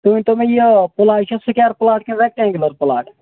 تُہۍ ؤنۍتو مےٚ یہِ پُلاے چھا سُکیر پُلاٹ کِنہٕ ریکٹ اٮ۪نٛگوٗلر پُلاٹ